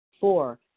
Four